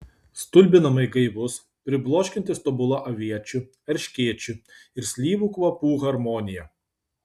stulbinamai gaivus pribloškiantis tobula aviečių erškėčių ir slyvų kvapų harmonija